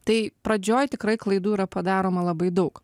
tai pradžioj tikrai klaidų yra padaroma labai daug